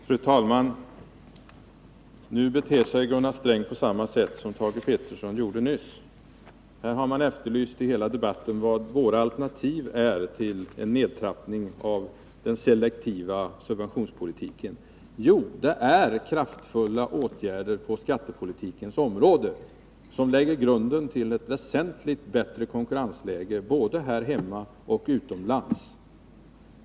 Fru talman! Nu beter sig Gunnar Sträng på samma sätt som Thage Peterson gjorde nyss. Här har man efterlyst i hela debatten vad våra alternativ är när vi förordar en nedtrappning av den selektiva subventionspolitiken. Jo, det är kraftfulla åtgärder på skattepolitikens område som lägger grunden till ett väsentligt bättre konkurrensläge både här hemma och utomlands.